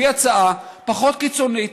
הביא הצעה פחות קיצונית,